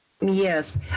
Yes